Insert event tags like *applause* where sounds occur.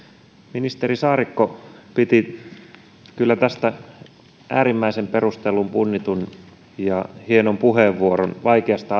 ministeri saarikko piti kyllä äärimmäisen perustellun punnitun ja hienon puheenvuoron tästä vaikeasta *unintelligible*